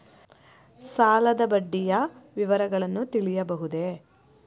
ಸಾಲದ ಬಡ್ಡಿಯ ವಿವರಗಳನ್ನು ತಿಳಿಯಬಹುದೇ?